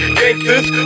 gangsters